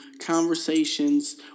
conversations